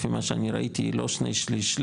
לפי מה שאני ראיתי היא לא שני שליש/שליש,